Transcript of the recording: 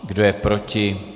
Kdo je proti?